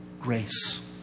grace